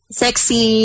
sexy